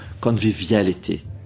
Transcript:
conviviality